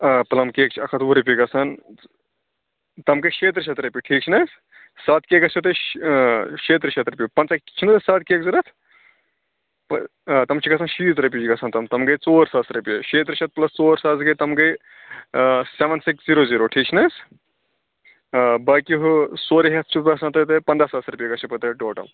آ plum cake چھِ اَکھ ہَتھ وُہ رۄپیہِ گژھان تم گٔے شے تٕرٛہ شیٚتھ رۄپیہِ ٹھیٖک چھُنہٕ حظ سَتھ کیک گژھو تۄہہِ شے تٕرٛہ شیٚتھ رۄپیہِ پنٛژاہ چھُنہٕ حظ سادٕ کیک ضوٚرَتھ آ تٕم چھِ گژھان شیٖتھ رۄپیہِ چھِ گژھان تم تم گٔے ژور ساس رۄپیہِ شے ترٛہ شیٚتھ پٕلَس ژور ساس گٔے تٕم گٔے سیٚوَن سِکِس زیٖرو زیٖرو ٹھیٖک چھُنہٕ حظ آ باقٕے ہُہ سورُے ہٮ۪تھ چھُ گژھان توہہِ تۄہہِ پنٛداہ ساس رۄپیہِ گژھو پَتہٕ تۄہہِ ٹوٹَل